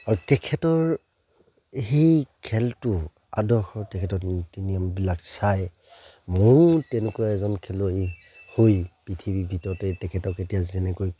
আৰু তেখেতৰ সেই খেলটো আদৰ্শৰ তেখেতৰ নীতি নিয়মবিলাক চাই ময়ো তেনেকুৱা এজন খেলুৱৈ হৈ পৃথিৱীৰ ভিতৰতে তেখেতক এতিয়া যেনেকৈ